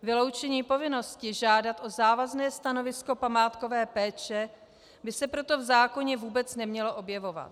Vyloučení povinnosti žádat o závazné stanovisko památkové péče by se proto v zákoně vůbec nemělo objevovat.